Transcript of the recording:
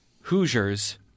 Hoosiers